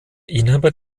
inhaber